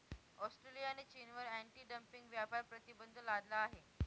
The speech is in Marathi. ऑस्ट्रेलियाने चीनवर अँटी डंपिंग व्यापार प्रतिबंध लादला आहे